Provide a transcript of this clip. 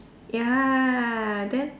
ya then